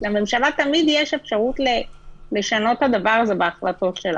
לממשלה תמיד יש אפשרות לשנות את הדבר הזה בהחלטות שלה.